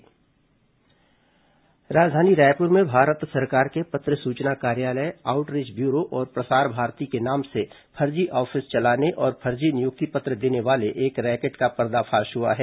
आकाशवाणी फर्जी ऑफिस छापा राजधानी रायपुर में भारत सरकार के पत्र सूचना कार्यालय आउटरीच ब्यूरो और प्रसार भारती के नाम से फर्जी ऑफिस चलाने और फर्जी नियुक्ति पत्र देने वाले एक रैकेट का पर्दाफाश हुआ है